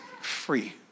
free